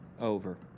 Over